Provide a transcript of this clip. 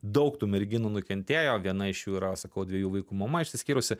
daug tų merginų nukentėjo viena iš jų yra sakau dviejų vaikų mama išsiskyrusi